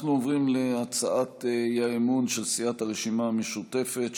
אנחנו עוברים להצעת האי-אמון של סיעת הרשימה המשותפת,